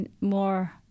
more